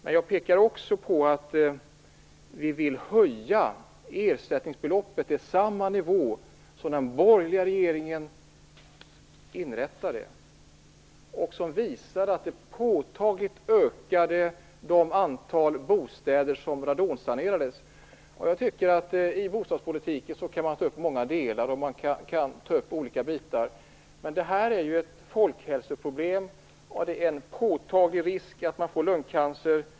Det andra är att vi vill höja ersättningsbeloppet till samma nivå som den borgerliga regeringen inrättade och som visade sig påtagligt öka det antal bostäder som radonsanerades. I bostadspolitiken kan man ta upp många delar och olika bitar. Det här är ju ett folkhälsoproblem, och det finns en påtaglig risk för att få lungcancer.